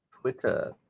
Twitter